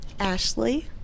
Ashley